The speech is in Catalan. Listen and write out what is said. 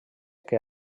que